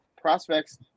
prospects